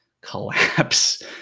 collapse